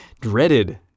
dreaded